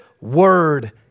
word